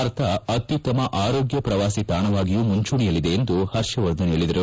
ಭಾರತ ಅತ್ಯುತ್ತಮ ಆರೋಗ್ಯ ಪ್ರವಾಸಿ ತಾಣವಾಗಿಯೂ ಮುಂಚೂಣಿಯಲ್ಲಿದೆ ಎಂದು ಪರ್ಷವರ್ಧನ್ ತಿಳಿಸಿದರು